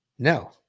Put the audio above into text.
No